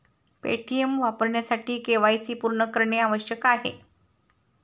Paytm वापरण्यासाठी KYC पूर्ण करणे आवश्यक आहे